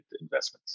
investments